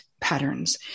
patterns